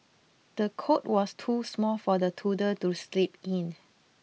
the cot was too small for the toddler to sleep in